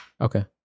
Okay